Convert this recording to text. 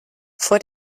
vor